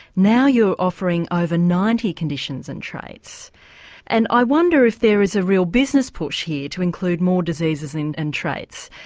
now you're offering over ninety conditions and traits and i wonder if there is a real business push here to include more diseases and and traits,